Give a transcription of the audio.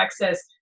Texas